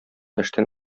эштән